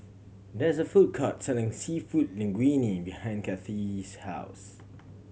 there is a food court selling Seafood Linguine behind Kathie's house